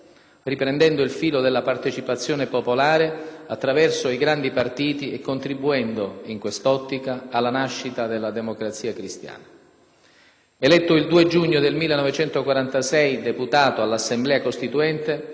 riprendendo il filo della partecipazione popolare attraverso i grandi partiti e contribuendo in quest'ottica alla nascita della Democrazia Cristiana. Eletto il 2 giugno 1946 deputato all'Assemblea costituente,